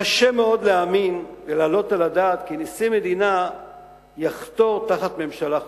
קשה מאוד להאמין ולהעלות על הדעת כי נשיא מדינה יחתור תחת ממשלה חוקית.